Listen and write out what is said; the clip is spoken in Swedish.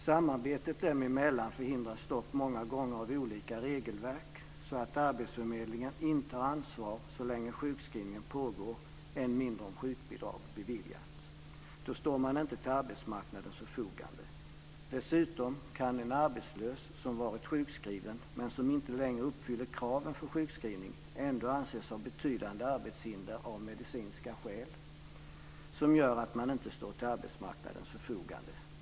Samarbetet dem emellan förhindras dock många gånger av olika regelverk. Arbetsförmedlingen har inte ansvar så länge sjukskrivningen pågår, än mindre om sjukbidrag beviljats. Då står man inte till arbetsmarknadens förfogande. Dessutom kan en arbetslös som varit sjukskriven men som inte längre uppfyller kraven för sjukskrivning ändå anses ha betydande arbetshinder av medicinska skäl som gör att han eller hon inte står till arbetsmarknadens förfogande.